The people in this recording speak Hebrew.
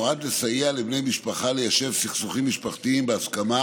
נועד לסייע לבני משפחה ליישב סכסוכים משפחתיים בהסכמה